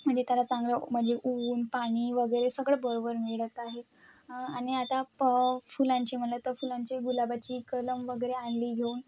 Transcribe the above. म्हणजे त्याला चांगलं म्हणजे ऊन पाणी वगैरे सगळं बरोबर मिळत आहे आणि आता प फुलांचे म्हटलं तर फुलांचे गुलाबाची कलम वगैरे आणली घेऊन